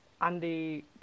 Andy